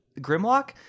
Grimlock